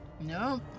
No